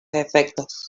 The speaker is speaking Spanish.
efectos